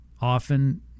Often